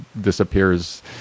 disappears